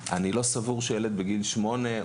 לא סבור שילד בגיל שמונה,